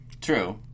True